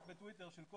בטוויטר.